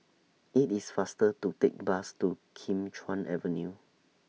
IT IS faster to Take Bus to Kim Chuan Avenue